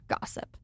gossip